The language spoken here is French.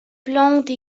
plantes